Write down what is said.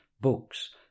books